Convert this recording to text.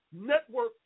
network